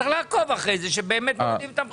צריך לעקוב אחרי זה שבאמת מורידים את המחירים.